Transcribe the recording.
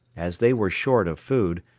as they were short of food,